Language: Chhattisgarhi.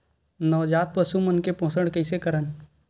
नवजात पशु मन के पोषण कइसे करन?